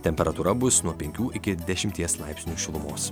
temperatūra bus nuo penkių iki dešimties laipsnių šilumos